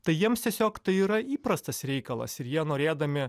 tai jiems tiesiog tai yra įprastas reikalas ir jie norėdami